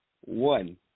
one